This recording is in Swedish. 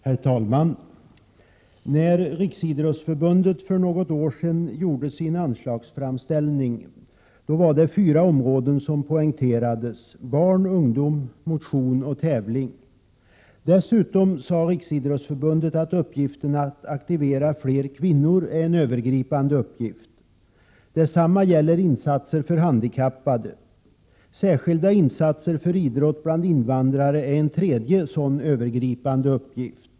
Herr talman! När Riksidrottsförbundet för något år sedan gjorde sin anslagsframställning poängterade man fyra områden: barn, ungdom, motion och tävling. Dessutom framhöll Riksidrottsförbundet att uppgiften att aktivera fler kvinnor är en övergripande uppgift. Detsamma gäller insatser för handikappade. Särskilda insatser för idrott bland invandrare är en tredje sådan övergripande uppgift.